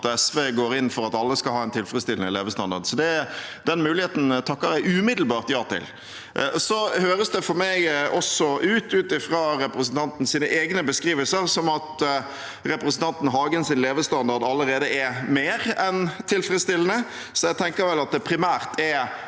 SV går inn for at alle skal ha en tilfredsstillende levestandard. Den muligheten takker jeg umiddelbart ja til. Det høres for meg også ut, ut fra representantens egne beskrivelser, som om representanten Hagens levestandard allerede er mer enn tilfredsstillende, så jeg tenker vel at det primært er